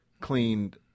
cleaned